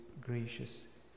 gracious